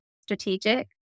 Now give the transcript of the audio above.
strategic